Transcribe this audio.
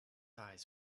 eyes